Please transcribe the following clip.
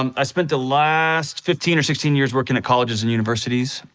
um i spent the last fifteen or sixteen years working at colleges and universities.